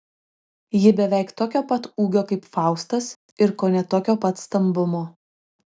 ji beveik tokio pat ūgio kaip faustas ir kone tokio pat stambumo